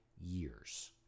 years